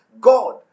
God